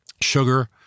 sugar